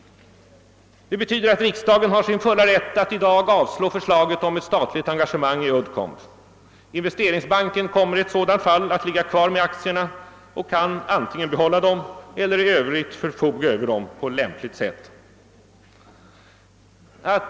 Det betyder att riksdagen har sin fulla frihet att i dag avslå förslaget om ett statligt engagemang i Uddcomb. Investeringsbanken kommer där att ligga kvar med aktierna och kan antingen behålla dem eller i övrigt förfoga över dem på lämpligt sätt.